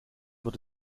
wird